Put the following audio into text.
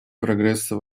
прогресса